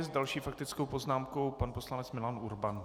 S další faktickou poznámkou pan poslanec Milan Urban.